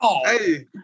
Hey